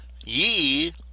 Ye